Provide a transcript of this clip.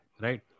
Right